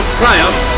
triumph